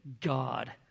God